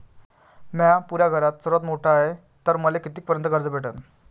म्या पुऱ्या घरात सर्वांत मोठा हाय तर मले किती पर्यंत कर्ज भेटन?